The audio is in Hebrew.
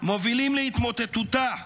מובילים להתמוטטותה,